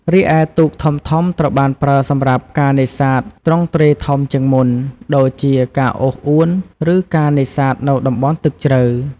រីឯទូកធំៗ ត្រូវបានប្រើសម្រាប់ការនេសាទទ្រង់ទ្រាយធំជាងមុន ដូចជាការអូសអួន ឬការនេសាទនៅតំបន់ទឹកជ្រៅ។